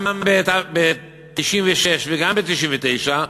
גם ב-1996 וגם ב-1999,